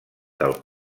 del